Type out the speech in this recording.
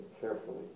carefully